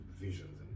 visions